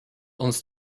uns